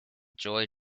joy